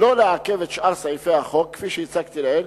שלא לעכב את שאר סעיפי החוק, כפי שהצגתי לעיל,